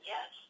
Yes